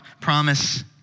promise